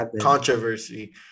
controversy